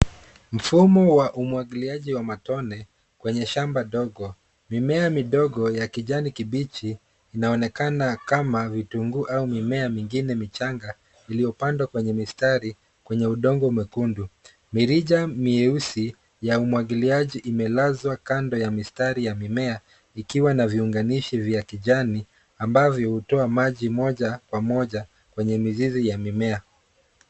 Mfumo wa umwagiliaji wa matone kwenye shamba dogo. Mimea midogo ya kijani kibichi inaonekana kama vitunguu na mimea mingine michanga iliyopandwa kwenye mistari kwenye udongo mwekundu. irija mieusi ya umwagiliaji umelazwa kando ya mistari ya mimea ikiwa na viunganishi vya kijani ambavyo hutoa maji moja kwa moja kwenye mizizi ya mimea.